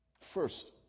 First